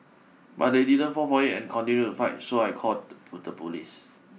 but they didn't fall for it and continued to fight so I called the the police